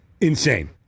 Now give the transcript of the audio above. Insane